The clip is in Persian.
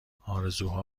آرزوها